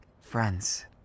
friends